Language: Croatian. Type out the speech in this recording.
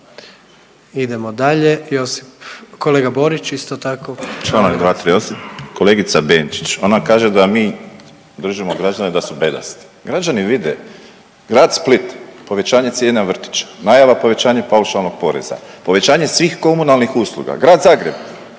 Idemo dalje. Kolega Borić, isto tako. **Borić, Josip (HDZ)** Čl. 238, kolegica Benčić, ona kaže da mi držimo građane da su bedasti. Građani vide, Grad Split, povećanje cijena vrtića, najava povećanja paušalnog poreza, povećanje svih komunalnih usluga. Grad Zagreb,